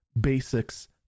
basics